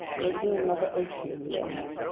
making another ocean in the air.